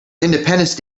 independence